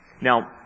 Now